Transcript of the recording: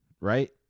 right